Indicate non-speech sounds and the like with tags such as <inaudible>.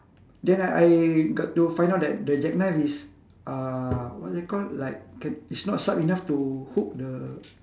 then I I got to find out that the jackknife is uh what is it called like <noise> it's not sharp enough to hook the